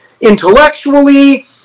intellectually